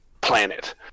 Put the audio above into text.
planet